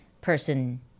person